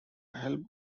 help